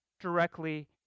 directly